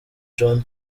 john